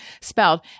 spelled